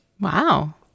Wow